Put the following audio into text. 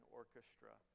orchestra